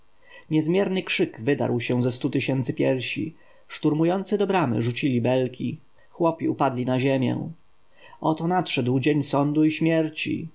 niezmierny krzyk wydarł się ze stu tysięcy piersi szturmujący do bramy rzucili belki chłopi upadli na ziemię oto nadszedł dzień sądu i śmierci